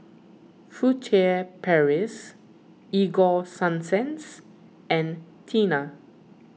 Furtere Paris Ego Sunsense and Tena